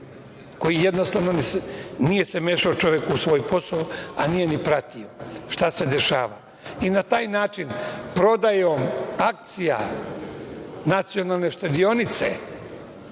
koji jednostavno se nije mešao čovek u svoj posao, a nije ni pratio šta se dešava. Na taj način, prodajom akcija Nacionalne štedionice